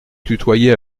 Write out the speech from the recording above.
tutoyait